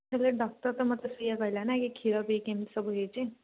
ହେଲେ ଡକ୍ଟର ତ ମୋତେ ସେୟା କହିଲାନା କି କ୍ଷୀର ପିଇକି ଏମିତି ସବୁ ହେଇଛି